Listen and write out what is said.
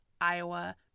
Iowa